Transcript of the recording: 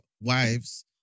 wives